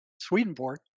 Swedenborg